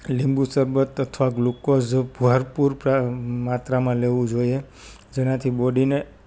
લીંબુ સરબત અથવા ગ્લુકોઝ ભરપૂર પ્ર માત્રામાં લેવું જોઈએ જેનાથી બોડીને